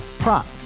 Prop